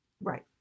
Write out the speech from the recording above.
Right